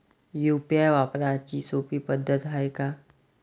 UPI वापराची सोपी पद्धत हाय का?